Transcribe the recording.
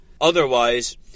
Otherwise